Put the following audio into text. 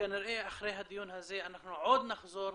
וכנראה אחרי הדיון הזה אנחנו עוד נחזור